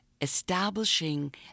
establishing